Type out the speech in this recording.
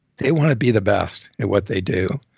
they want to be the best at what they do,